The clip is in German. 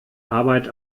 arbeit